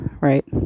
right